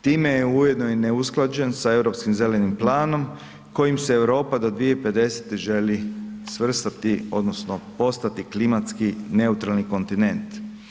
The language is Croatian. Time je ujedno i neusklađen sa Europskim zelenim planom kojim se Europa do 2050. želi svrstati odnosno postati klimatski neutralni kontinent.